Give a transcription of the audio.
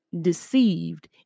deceived